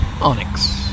Onyx